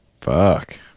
Fuck